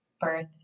birth